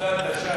הפסדת, שי.